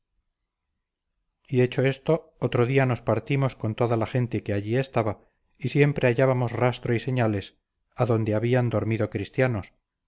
de allí y hecho esto otro día nos partimos con toda la gente que allí estaba y siempre hallábamos rastro y señales adonde habían dormido cristianos